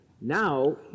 now